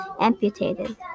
amputated